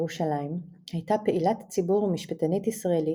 ירושלים) הייתה פעילת ציבור ומשפטנית ישראלית,